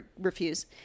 refuse